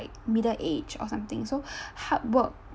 middle age or something so hard work